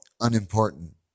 unimportant